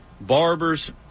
barbers